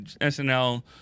snl